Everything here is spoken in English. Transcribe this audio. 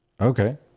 Okay